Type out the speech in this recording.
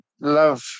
love